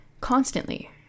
constantly